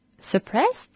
suppressed